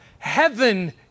Heaven